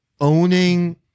owning